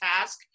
task